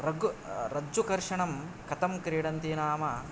रज्जुकर्षणं कथं क्रीडन्ति नाम